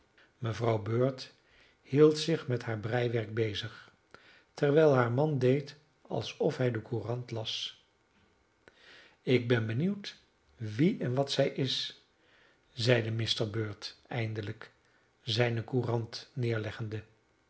mevrouw bird hield zich met haar breiwerk bezig terwijl haar man deed alsof hij de courant las ik ben benieuwd wie en wat zij is zeide mr bird eindelijk zijne courant neerleggende